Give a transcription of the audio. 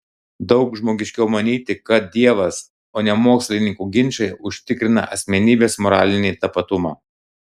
daug žmogiškiau manyti kad dievas o ne mokslininkų ginčai užtikrina asmenybės moralinį tapatumą